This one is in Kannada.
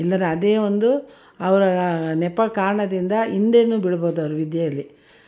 ಇಲ್ದಿರೆ ಅದೇ ಒಂದು ಅವರ ನೆಪ ಕಾರಣದಿಂದ ಹಿಂದೆಯೂ ಬೀಳ್ಬೋದು ಅವ್ರ ವಿದ್ಯೆಲಿ